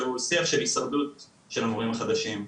שהוא שיח של הישרדות של המורים החדשים,